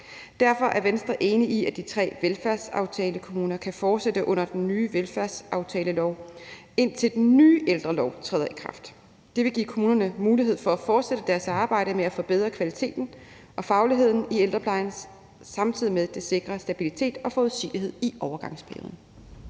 Derfor er Venstre enige i, at de tre velfærdsaftalekommuner kan fortsætte under den nye velfærdsaftalelov, indtil den nye ældrelov træder i kraft. Det vil give kommunerne mulighed for at fortsætte deres arbejde med at forbedre kvaliteten og fagligheden i ældreplejen, samtidig med at det sikrer stabilitet og forudsigelighed i overgangsperioden.